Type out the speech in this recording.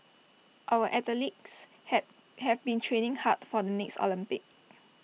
our athletes had have been training hard for the next Olympics